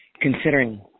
considering